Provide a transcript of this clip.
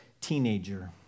teenager